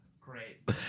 Great